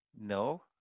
No